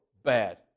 bad